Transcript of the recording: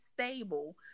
stable